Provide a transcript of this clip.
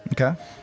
Okay